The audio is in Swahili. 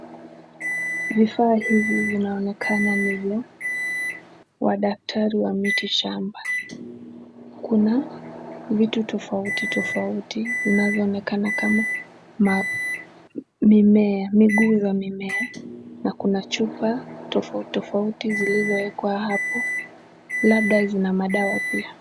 Vifaa hivi vinaonekana ni vya daktari wa miti shamba. Kuna vitu tofauti tofauti zinazoonekana kamamimea, miguu za mimea na kuna chupa tofauti tofauti zilizowekwa hapo, labda zina madawa.